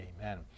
Amen